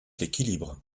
l’équilibre